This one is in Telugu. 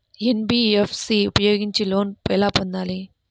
ఎన్.బీ.ఎఫ్.సి ఉపయోగించి లోన్ ఎలా పొందాలి?